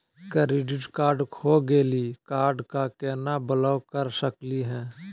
Credit card खो गैली, card क केना ब्लॉक कर सकली हे?